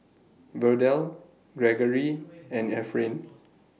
Verdell Greggory and Efrain